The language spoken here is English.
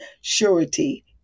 surety